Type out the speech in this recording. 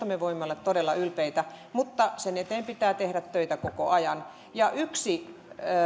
me voimme olla todella ylpeitä mutta sen eteen pitää tehdä töitä koko ajan yksi